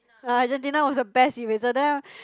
Argentina was the best eraser then ah